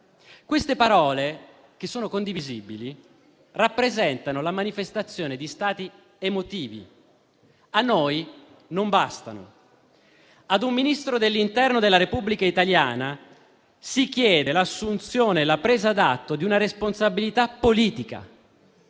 Queste parole, che sono condivisibili, rappresentano la manifestazione di stati emotivi. A noi non bastano. A un Ministro dell'interno della Repubblica italiana si chiede l'assunzione e la presa d'atto di una responsabilità politica.